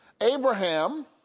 Abraham